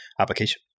application